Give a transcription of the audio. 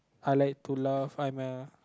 I like to laugh I'm a